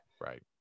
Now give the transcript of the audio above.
right